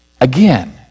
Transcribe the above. Again